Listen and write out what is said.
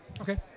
Okay